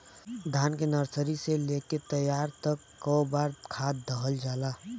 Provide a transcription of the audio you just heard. धान के नर्सरी से लेके तैयारी तक कौ बार खाद दहल जाला?